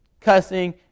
cussing